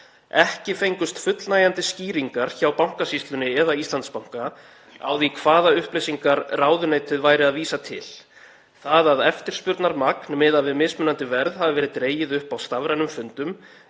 Ekki fengust fullnægjandi skýringar hjá Bankasýslunni eða Íslandsbanka á því hvaða upplýsingar ráðuneytið væri að vísa til. Það að eftirspurnarmagn miðað við mismunandi verð hafi verið dregið upp á stafrænum fundum